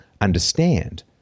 understand